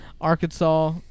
Arkansas